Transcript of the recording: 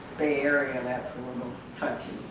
bay area that's a little touchy.